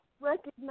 recognize